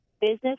business